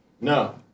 No